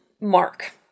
Mark